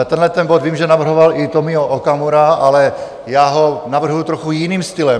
Tenhleten bod vím, že navrhoval i Tomio Okamura, ale já ho navrhuji trochu jiným stylem.